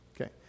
okay